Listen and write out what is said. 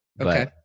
Okay